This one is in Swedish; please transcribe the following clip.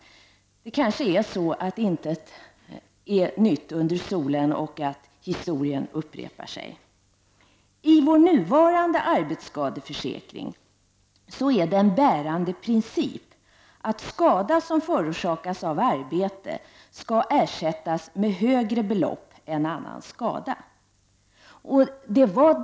Det kanske är så, att intet är nytt under solen, att historien upprepar sig. I vår nuvarande arbetsskadeförsäkring är det en bärande princip att skada som förorsakas av arbete skall ersättas med högre belopp än annan skada.